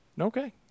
Okay